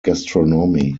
gastronomy